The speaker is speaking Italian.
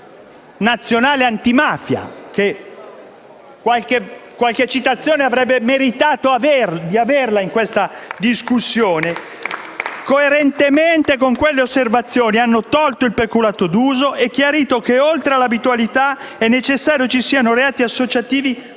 nazionale antimafia, che qualche citazione avrebbe meritato di avere nella discussione svolta *(Applausi dal Gruppo PD)*, hanno tolto il peculato d'uso e chiarito che, oltre all'abitualità, è necessario che ci siano reati associativi